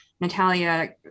Natalia